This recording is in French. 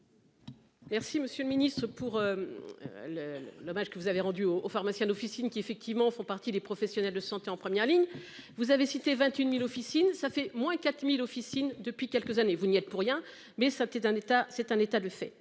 Merci, monsieur le Ministre pour. Le dommage que vous avez rendu au aux pharmaciens d'officine qui effectivement font partie des professionnels de santé en première ligne. Vous avez cité 28.000 officines ça fait moins 4000 officines depuis quelques années, vous n'y êtes pour rien mais ça peut être un état,